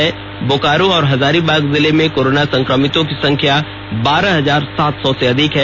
वहीं बोकारो और हजारीबाग जिले में कोरोना संक्रमितों की संख्या बारह हजार सात सौ से अधिक है